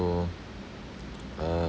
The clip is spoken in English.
~(um) um